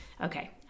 Okay